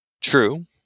True